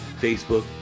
Facebook